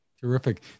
Terrific